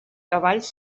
cavalls